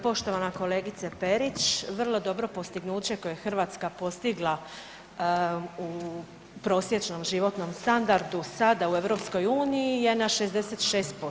Poštovana kolegice Perić, vrlo dobro postignuće koje je Hrvatska postigla u prosječnom životnom standardu sada u EU je na 66%